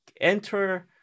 enter